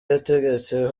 yategetse